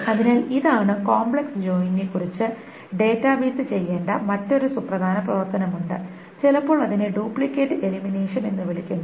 അതിനാൽ ഇതാണ് കോംപ്ലക്സ് ജോയിനിനെക്കുറിച്ച് ഡാറ്റാബേസ് ചെയ്യേണ്ട മറ്റൊരു സുപ്രധാന പ്രവർത്തനമുണ്ട് ചിലപ്പോൾ അതിനെ ഡ്യൂപ്ലിക്കേറ്റ് എലിമിനേഷൻ എന്ന് വിളിക്കുന്നു